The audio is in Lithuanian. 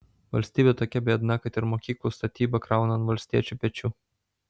valstybė tokia biedna kad ir mokyklų statybą krauna ant valstiečių pečių